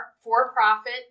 for-profit